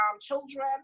children